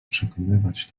przekonywać